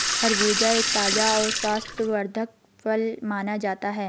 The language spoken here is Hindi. खरबूजा एक ताज़ा और स्वास्थ्यवर्धक फल माना जाता है